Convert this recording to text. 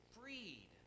Freed